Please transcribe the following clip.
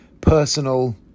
personal